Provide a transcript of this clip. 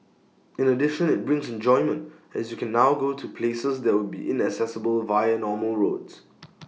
in addition IT brings enjoyment as you can now go to places that would be inaccessible via normal roads